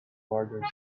order